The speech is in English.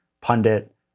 pundit